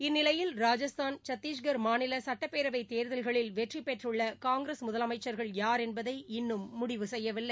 இந்நிலையில் ராஜஸ்தான் சத்திஷ்கர் மாநிலசட்டபேரவைதேர்தல்களில் வெற்றிபெற்றுள்ளகாங்கிரஸ் முதலமைச்சர்கள் யார் என்பதை இன்னும் முடிவு செய்யவில்லை